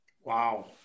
Wow